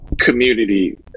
community